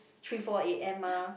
three four a_m mah